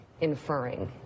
inferring